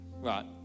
right